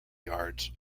yards